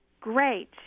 Great